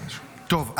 טוב,